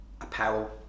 apparel